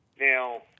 Now